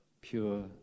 pure